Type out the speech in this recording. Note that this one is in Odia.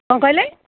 କ'ଣ କହିଲେ